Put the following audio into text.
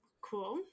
cool